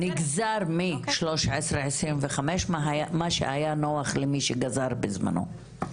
נגזר מ-1325 מה שהיה נוח למי שגזר בזמנו.